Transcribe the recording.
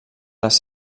les